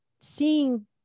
seeing